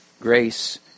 grace